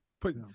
put